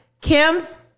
Kim's